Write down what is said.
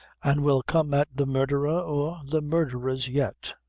an' we'll come at the murdher or the murdherers yet.